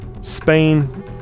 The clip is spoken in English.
Spain